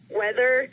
weather